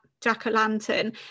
jack-o-lantern